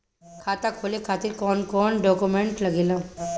खाता खोले खातिर कौन कौन डॉक्यूमेंट लागेला?